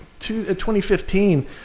2015